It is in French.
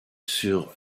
sur